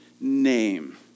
name